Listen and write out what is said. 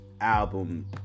album